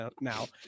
now